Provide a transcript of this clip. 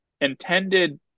intended